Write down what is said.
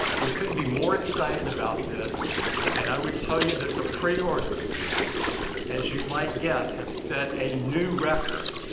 we couldn't be more excited about this and i will tell you that the preorders as you might guess have set a new record.